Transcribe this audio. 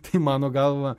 tai mano galva